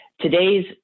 Today's